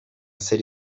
zer